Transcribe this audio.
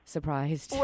surprised